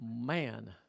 man